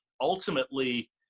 ultimately